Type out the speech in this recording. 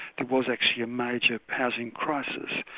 there was actually a major housing crisis,